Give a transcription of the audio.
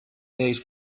days